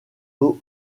eau